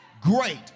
great